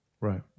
Right